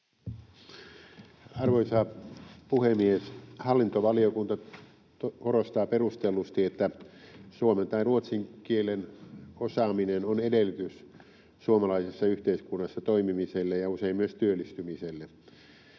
Arvoisa puhemies! Hallintovaliokunta korostaa perustellusti, että suomen tai ruotsin kielen osaaminen on edellytys suomalaisessa yhteiskunnassa toimimiselle ja usein myös työllistymiselle.